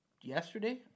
yesterday